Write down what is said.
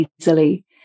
easily